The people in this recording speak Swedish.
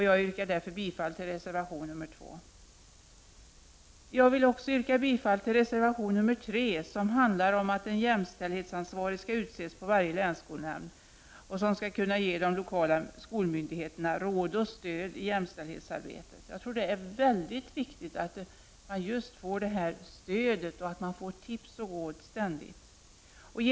Jag yrkar därför bifall till reservation nr 2. Jag vill också yrka bifall till reservation nr 3 som handlar om att en jämställdhetsansvarig, som skall kunna ge de lokala skolmyndigheterna råd och stöd i jämställdhetsarbetet, skall utses på varje länsskolnämnd. Jag tror att det är mycket viktigt att man får det stödet och att man ständigt får tips och råd.